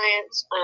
science